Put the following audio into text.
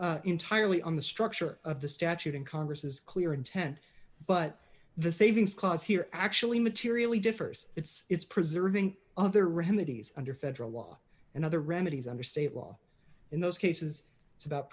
win entirely on the structure of the statute in congress's clear intent but the savings clause here actually materially differs it's it's preserving other remedies under federal law in other remedies under state law in those cases it's about